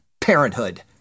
Parenthood